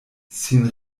sin